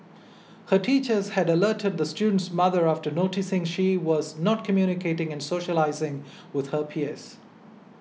her teachers had alerted the student's mother after noticing she was not communicating and socialising with her peers